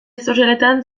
sozialetan